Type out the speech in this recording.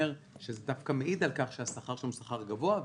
שזה דווקא מעיד על כך שהשכר שם הוא שכר גבוה,